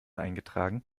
eingetragen